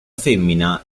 femmina